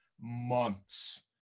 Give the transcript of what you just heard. months